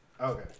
Okay